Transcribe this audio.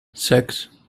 six